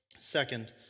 Second